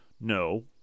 No